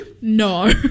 no